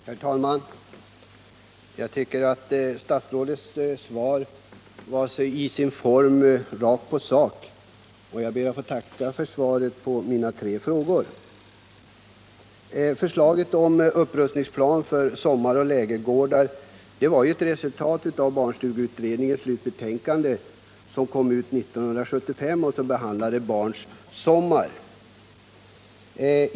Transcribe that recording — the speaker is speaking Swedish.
Herr talman! Jag tycker att statsrådets svar var i sin form rakt på sak, och jag ber att få tacka för svaren på mina tre frågor. Förslaget om en upprustningsplan för sommaroch lägergårdar var ett resultat av barnstugeutredningens slutbetänkande som kom 1975, Barns sommar.